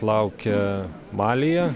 laukia malyje